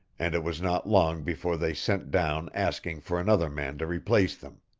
and it was not long before they sent down asking for another man to replace them.